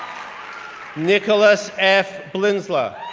nicholas f. blinzler,